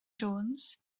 jones